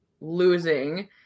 losing